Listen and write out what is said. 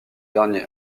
dernier